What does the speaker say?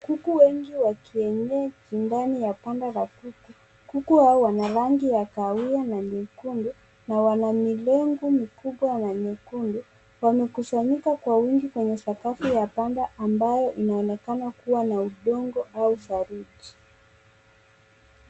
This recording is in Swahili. Kuku wengi wa kienyeji ndani ya bonde la kuku. Kuku hao wanarangi ya kahawia na nyekundu na wana milegu mikubwa na nyekundu . Wamekusanyika kwa wingi kwenye sakafu ya panda ambayo inaonekana kuwa na udongo au saruji.